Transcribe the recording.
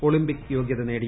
Olympic യോഗൃത നേടി